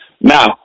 Now